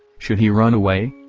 should he run away?